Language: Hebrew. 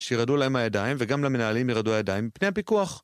שירעדו להם הידיים וגם למנהלים ירעדו הידיים בפני הפיקוח.